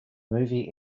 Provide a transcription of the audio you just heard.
movie